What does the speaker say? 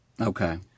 Okay